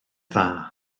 dda